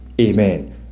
Amen